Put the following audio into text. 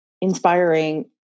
inspiring